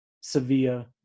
Sevilla